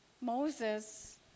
Moses